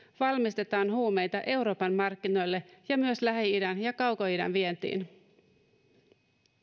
valmistetaan huumeita euroopan markkinoille ja myös lähi idän ja kaukoidän vientiin